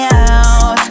out